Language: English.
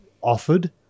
offered